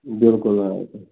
بِلکُل آ